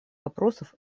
вопросов